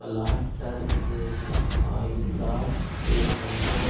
planter के सहायता से पौधा